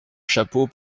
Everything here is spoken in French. chapeau